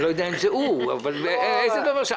אני לא יודע אם זה הוא אבל איזה דובר שלך.